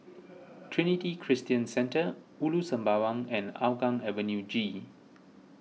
Trinity Christian Centre Ulu Sembawang and Hougang Avenue G